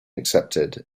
accepted